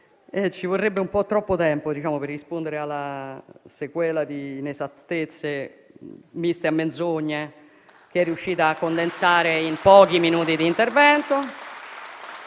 Ci vorrebbe un po' troppo tempo per rispondere alla sequela di inesattezze miste a menzogne che è riuscita a condensare in pochi minuti di intervento.